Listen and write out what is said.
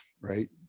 right